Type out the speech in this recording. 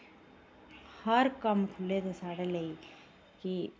हर कम्म खु'ल्ले दे साढ़े लेई कि